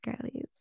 girlies